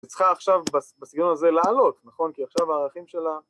צריכה עכשיו בסגנון הזה לעלות, נכון? כי עכשיו הערכים שלה...